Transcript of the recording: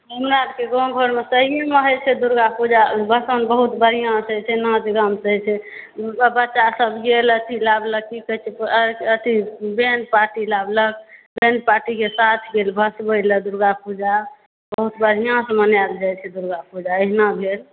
हमरा आरके गाँव घरमे सहीमे होइ छै दुर्गा पूजा भसान बहुत बढ़िऑंसॅं होइ छै नाच गान से होइ छै बच्चा सब गेल एथी आनलक की कहै छै अथी बैण्ड पार्टी आनलक बैण्ड पार्टी के साथ गेल भसबै ला दुर्गा पूजा बहुत बढ़िऑं से मनायल जाइ छै दुर्गा पूजा अहिना भेल